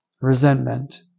resentment